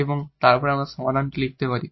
এবং তারপর আমরা সমাধানটি লিখতে পারি